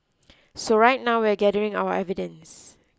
so right now we're gathering our evidence